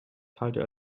teilte